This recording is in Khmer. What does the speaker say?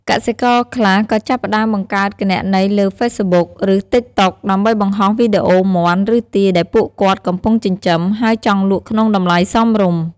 កសិករខ្លះក៏ចាប់ផ្ដើមបង្កើតគណនីលើហ្វេសប៊ុក (Facebook) ឬ ទីកតុក (TikTok) ដើម្បីបង្ហោះវីដេអូមាន់ ឬទាដែលពួកគាត់កំពុងចិញ្ចឹម ហើយចង់លក់ក្នុងតម្លៃសមរម្យ។